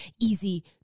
easy